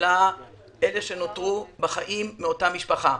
למי שנותר בחיים באותה משפחה.